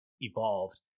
evolved